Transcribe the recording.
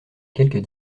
quelques